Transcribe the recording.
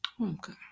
Okay